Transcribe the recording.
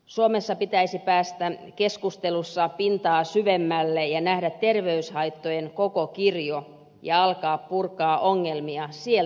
suomessa pitäisi päästä keskustelussa pintaa syvemmälle ja nähdä terveyshaittojen koko kirjo ja alkaa purkaa ongelmia sieltä päästä